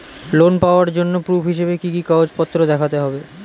Loan পাওয়ার জন্য proof হিসেবে কি কি কাগজপত্র দেখাতে হবে?